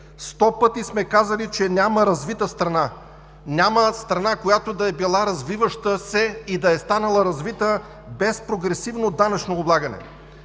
Сто пъти сме казали, че няма развита страна, няма страна, която да е била развиваща се и да е станала развита без прогресивно данъчно облагане.